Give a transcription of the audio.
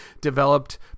developed